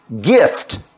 gift